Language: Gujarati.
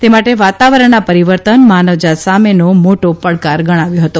તે માટે વાતાવરણના પરિવર્તન માનવજાત સામેનો મોટો પડકાર ગણાવ્યો હતો